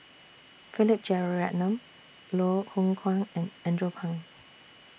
Philip Jeyaretnam Loh Hoong Kwan and Andrew Phang